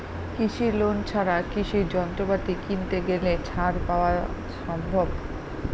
কৃষি লোন ছাড়া কৃষি যন্ত্রপাতি কিনতে গেলে ছাড় পাওয়া সম্ভব?